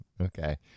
Okay